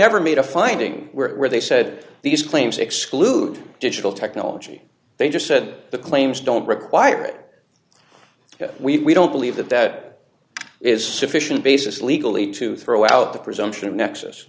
never made a finding where they said these claims exclude digital technology they just said the claims don't require it because we don't believe that that is sufficient basis legally to throw out the presumption of nexus